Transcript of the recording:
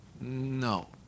No